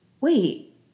wait